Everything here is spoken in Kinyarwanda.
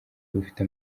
rufite